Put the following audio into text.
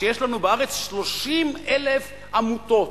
שיש לנו בארץ 30,000 עמותות.